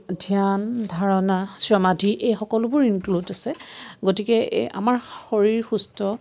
ধ্যান ধাৰণা চ্যমাধি এই সকলোবোৰ ইনক্লুড আছে গতিকে এই আমাৰ শৰীৰ সুস্থ